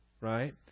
right